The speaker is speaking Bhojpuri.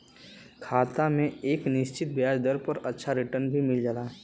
खाता में एक निश्चित ब्याज दर पर अच्छा रिटर्न भी मिल जाला